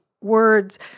words